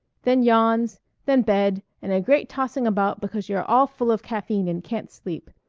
then yawns then bed and a great tossing about because you're all full of caffeine and can't sleep.